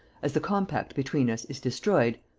as the compact between us is destroyed,